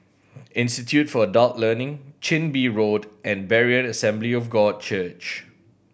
Institute for Adult Learning Chin Bee Road and Berean Assembly of God Church